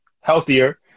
healthier